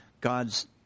God's